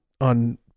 on